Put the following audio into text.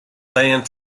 band